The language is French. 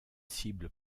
cible